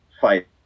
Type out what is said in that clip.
Fight